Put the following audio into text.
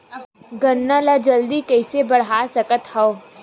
गन्ना ल जल्दी कइसे बढ़ा सकत हव?